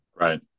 right